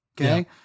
Okay